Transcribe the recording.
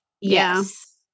yes